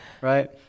Right